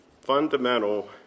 fundamental